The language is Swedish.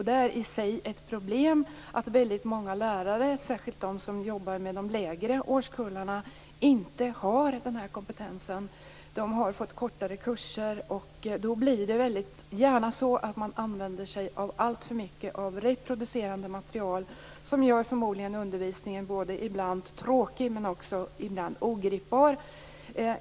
Det är i sig ett problem att väldigt många lärare, särskilt de som jobbar med de lägre årskullarna, inte har den här kompetensen. De har fått kortare kurser, och det blir gärna så att man använder sig av alltför mycket reproducerande material, som förmodligen gör undervisningen både tråkig och ibland också ogripbar.